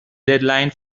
deadline